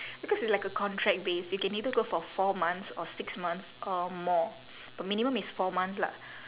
because it's like a contract base you can either go for four months or six months or more minimum is four months lah